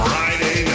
Friday